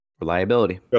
Reliability